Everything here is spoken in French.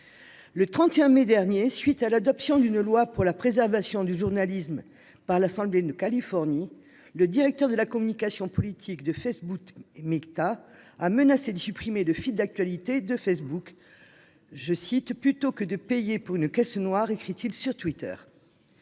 Le 31 mai dernier, à la suite de l'adoption d'une loi pour la préservation du journalisme par l'assemblée de Californie, le directeur de la communication politique de Facebook-Meta a menacé de supprimer le fil d'actualité de Facebook, « plutôt que de payer pour une caisse noire », comme il l'a écrit